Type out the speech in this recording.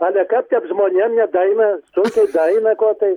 ale kap tep žmonėm nedaeina sunkiai daeina ko tai